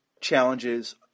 challenges